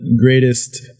greatest